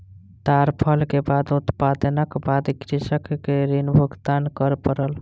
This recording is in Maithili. ताड़ फल के उत्पादनक बाद कृषक के ऋण भुगतान कर पड़ल